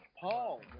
Paul